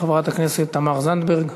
חברת הכנסת תמר זנדברג,